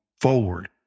forward